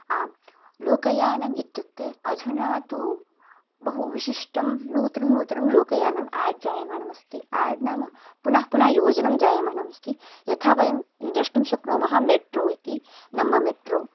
आं लोकयानम् इत्युक्ते अधुना तु बहु विशिष्टं नूतनं नूतनं लोकयानम् एड् जायमाणमस्ति एड् नाम पुनः पुनः योजनं जायमानमस्ति यथा वयं द्रष्टुं शक्नुमः मेट्रो इति नम्म मेट्रो